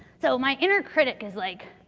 so, my inner critic is like,